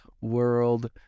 world